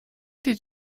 did